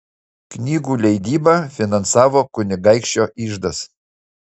knygų leidybą finansavo kunigaikščio iždas